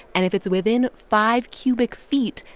and if it's within five cubic feet,